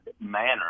manner